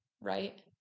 Right